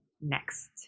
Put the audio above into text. next